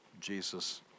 Jesus